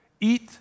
eat